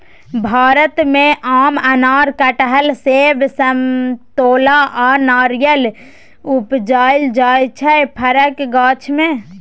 भारत मे आम, अनार, कटहर, सेब, समतोला आ नारियर उपजाएल जाइ छै फरक गाछ मे